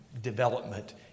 development